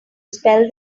spell